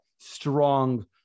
strong